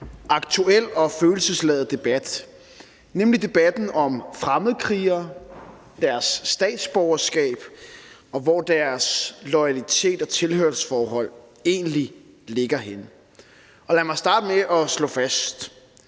aktuel og følelsesladet debat, nemlig debatten om fremmedkrigere, deres statsborgerskab og hvor deres loyalitet og tilhørsforhold egentlig ligger henne. Lad mig starte med at slå fast,